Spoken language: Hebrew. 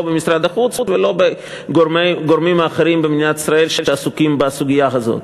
לא במשרד החוץ ולא הגורמים האחרים במדינת ישראל שעסוקים בסוגיה הזאת.